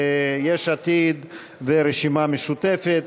יש עתיד והרשימה המשותפת.